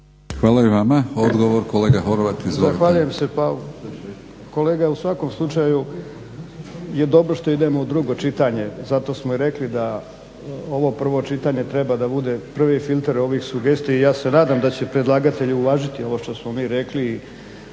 Izvolite. **Horvat, Mile (SDSS)** Zahvaljujem se. Pa kolega u svakom slučaju je dobro što idemo u drugo čitanje. Zato smo i rekli da ovo prvo čitanje treba da bude prvi filter ovih sugestija i ja se nadam da će predlagatelj uvažiti ovo što smo mi rekli